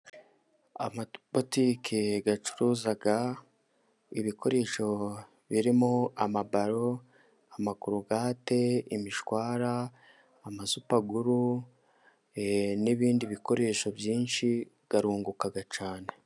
Amabotiki acuruza ibikoresho birimo amabaro, amakorogate, imishwara, amasupaguru, n'ibindi bikoresho arunguka cyane.